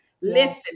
Listen